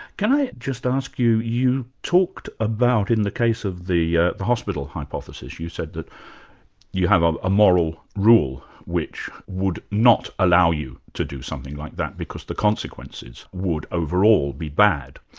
can i just ask you, you talked about, in the case of the yeah the hospital hypothesis you said that you have um a moral rule which would not allow you to do something like that, because the consequences would overall be bad.